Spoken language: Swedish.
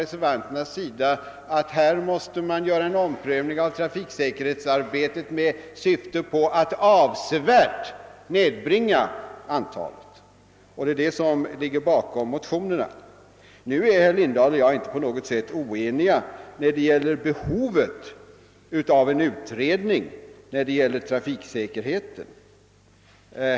Reservanterna menar att vi måste ompröva trafiksäkerhetsarbetet med syfte att avsevärt mnedbringa antalet olyckor, och det är den inställningen som ligger bakom motionerna. Nu är herr Lindahl och jag inte på något sätt oeniga när det gäller behovet av en utredning om trafiksäkerheten.